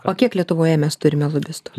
o kiek lietuvoje mes turime lobistų